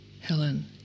Helen